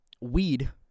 weed